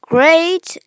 Great